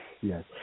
yes